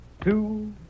Two